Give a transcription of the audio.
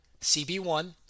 CB1